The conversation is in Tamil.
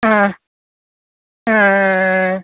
ஆ ஆ ஆ ஆ